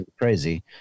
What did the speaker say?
crazy